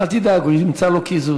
אל תדאג, הוא ימצא לו קיזוז.